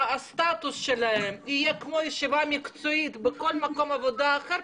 הסטטוס שלהן יהיה כמו ישיבה מקצועית בכל מקום עבודה אחר,